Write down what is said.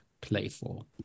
playful